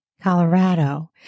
Colorado